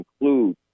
include